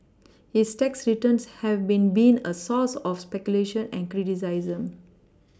his tax returns have been been a source of speculation and criticism